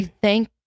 Thank